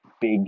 big